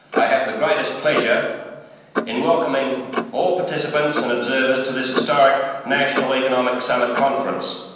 i have the greatest pleasure in welcoming all participants and observers to this historic national economic summit conference.